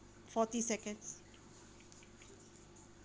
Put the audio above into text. forty seconds